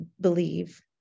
believe